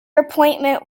appointment